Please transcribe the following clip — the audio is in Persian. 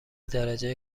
درجه